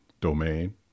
domain